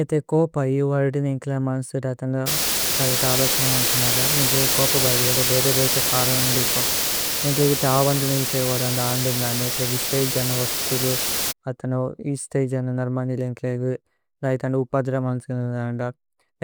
ഏഥേ കോപ ഇ ഉ അല്ദിന് ഏന്ക്ലേ മന്സ്തു ദ। തന്ദ തലിത അലോചനമന്തനഗ ഏന്ക്ലേ। കോപ ബധിഗര ബേധ ബേധ കരനലിപ। ഏന്ക്ലേ ഏഥേ അവന്ദന വിസേവലന്ദ അന്ദന്ദന്ദ। ഏന്ക്ലേ ഇസ്ത ഏ ജന വസ്തുലു അത്ന ഇസ്ത ഏ ജന। നര്മന്ദില ഏന്ക്ലേഗു ന ഇതന്ദ ഉപദ്ര। മന്തന്ദന്ദ